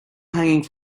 hanging